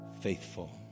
faithful